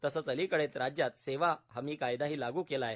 तसेच अलीकडेच राज्यात सेवा हमी कायदाही लागू केला आहे